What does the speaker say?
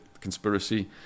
conspiracy